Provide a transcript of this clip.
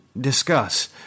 discuss